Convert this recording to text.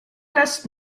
lässt